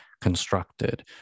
constructed